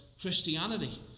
Christianity